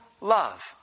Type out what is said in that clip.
love